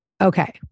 Okay